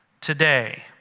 today